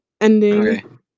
ending